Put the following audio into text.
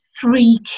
three